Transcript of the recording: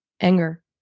anger